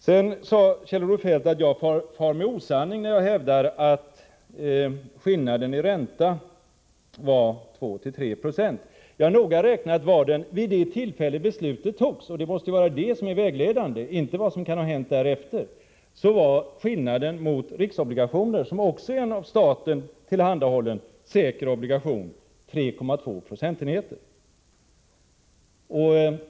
Sedan sade Kjell-Olof Feldt att jag for med osanning när jag hävdade att skillnaden i ränta var 2-3 20. Noga räknat var skillnaden vid det tillfälle då beslutet togs — det måste vara detta som är vägledande och inte vad som kan ha hänt därefter — jämfört med riksobligationer, som också är en av staten tillhandahållen säker obligation, 3,2 procentenheter.